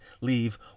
leave